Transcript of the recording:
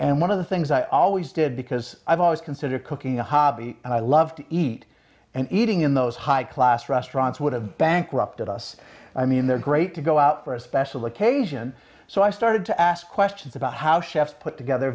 and one of the things i always did because i've always considered cooking a hobby and i love to eat and eating in those high class restaurants would have bankrupted us i mean they're great to go out for a special occasion so i started to ask questions about how chefs put together